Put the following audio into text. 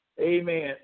Amen